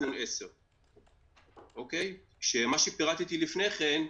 תיקון 10. מה שפירטתי לפני כן,